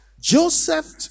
Joseph